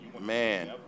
man